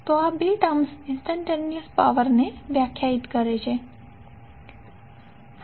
તો આ બે ટર્મ્સ ઇંસ્ટંટેનીઅસ પાવર ને વ્યાખ્યાયિત કરે છે